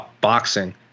boxing